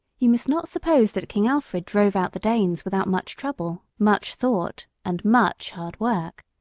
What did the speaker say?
you must not suppose that king alfred drove out the danes without much trouble, much thought, and much hard work.